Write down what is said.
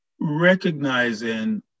recognizing